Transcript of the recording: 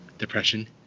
depression